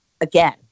again